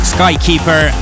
Skykeeper